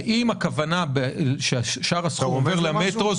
אם הכוונה היא ששאר הסכומים יעברו למטרו,